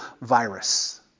virus